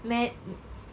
man~